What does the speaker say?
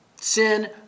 Sin